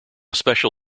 special